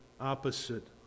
opposite